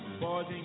boys